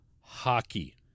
hockey